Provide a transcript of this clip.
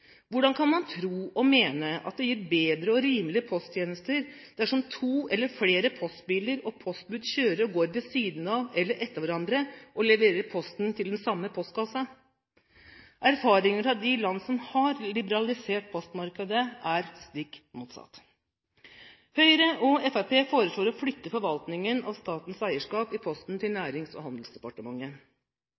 Hvordan kan man tro og mene at det gir bedre og rimeligere posttjenester dersom to eller flere postbiler og postbud kjører og går ved siden av eller etter hverandre og leverer posten til den samme postkassen? Erfaringene fra de land som har liberalisert postmarkedet, er det stikk motsatte. Høyre og Fremskrittspartiet foreslår å flytte forvaltningen av statens eierskap i Posten til Nærings- og handelsdepartementet.